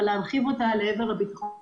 אבל כן מרחיבים אותה לעבר הביטחון הלאומי.